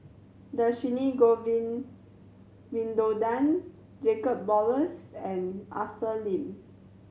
Dhershini Govin Winodan Jacob Ballas and Arthur Lim